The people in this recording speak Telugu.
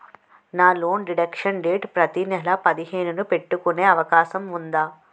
నా లోన్ డిడక్షన్ డేట్ ప్రతి నెల పదిహేను న పెట్టుకునే అవకాశం ఉందా?